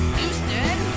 Houston